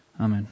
Amen